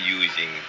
using